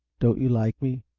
don't you like me?